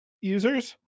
users